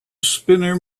spinner